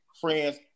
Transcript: friends